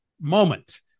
moment